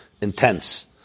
intense